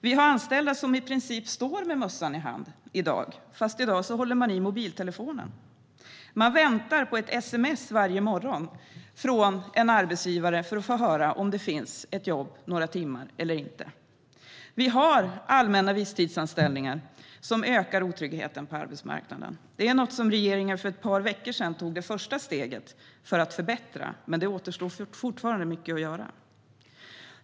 Vi har anställda som i princip står med mössan i hand, fast i dag är det en mobiltelefon man håller i, och väntar på ett sms varje morgon från en arbetsgivare för att få höra om det finns något jobb i några timmar. Allmänna visstidsanställningar ökar otryggheten på arbetsmarknaden. Det är något som regeringen för ett par veckor sedan tog det första steget för att förbättra, men det återstår fortfarande mycket att göra.